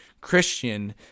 Christian